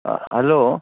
ꯑꯥ hello